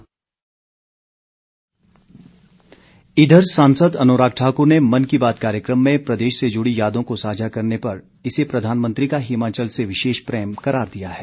अनुराग ठाकुर इधर सांसद अनुराग ठाकुर ने मन की बात कार्यक्रम में प्रदेश से जुड़ी यादों को साझा करने पर इसे प्रधानमंत्री का हिमाचल से विशेष प्रेम करार दिया है